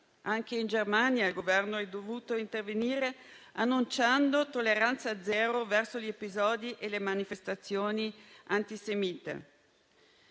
Anche in Germania il Governo è dovuto intervenire, annunciando tolleranza zero verso gli episodi e le manifestazioni antisemite.